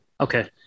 Okay